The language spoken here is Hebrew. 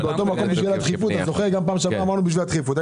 בדיון הקודם אמרנו לשם הדחיפות.